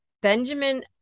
Benjamin